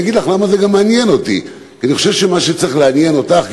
אני גם אגיד לך למה זה מעניין אותי: כי אני חושב שמה שצריך לעניין אותך,